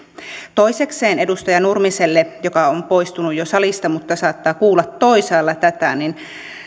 toisekseen edustaja nurmiselle joka on poistunut jo salista mutta saattaa kuulla toisaalla tätä